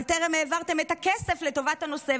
אבל טרם העברתם את הכסף לטובת הנושא,